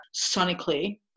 sonically